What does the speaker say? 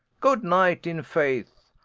good-night in faith,